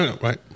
right